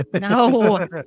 No